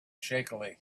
shakily